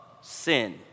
sin